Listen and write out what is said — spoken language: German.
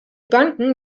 banken